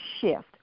shift